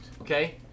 Okay